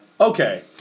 Okay